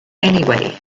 anyway